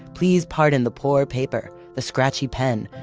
please pardon the poor paper, the scratchy pen.